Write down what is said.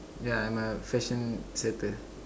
yeah I am a fashion circle